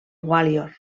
gwalior